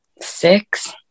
six